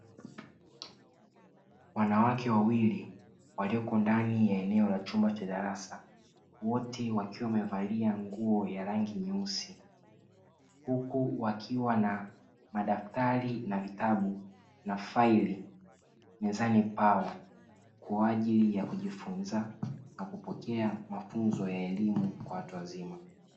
Wanawake wawili walioko ndani ya eneo la chumba cha darasa wote wakiwa wamevalia nguo ya rangi nyeusi, huku wakiwa na madaftari na vitabu na faili mezani pao kwa ajili ya kujifunza na kupokea mafunzo ya elimu ya watu wazima.